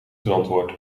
verantwoord